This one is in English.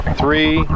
three